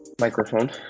microphone